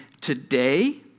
today